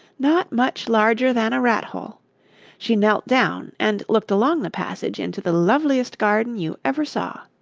not much larger than a rat-hole she knelt down and looked along the passage into the loveliest garden you ever saw.